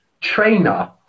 trainer